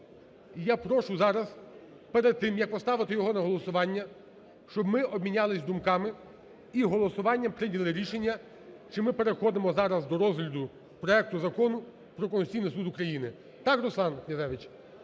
я прошу зараз перед тим, як поставити його на голосування, щоб ми обмінялись думками і голосуванням прийняли рішення, чи ми переходимо зараз до розгляду проекту Закону про Конституційного Суду України. Так, Руслан Князевич?